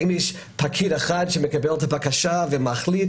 האם יש פקיד אחד שמקבל את הבקשה ומחליט?